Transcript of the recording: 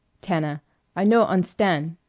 tana i no un'stan'.